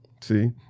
see